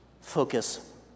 focus